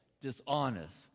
dishonest